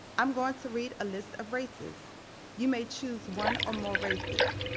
i'm going to read a list of races you may choose one or more races.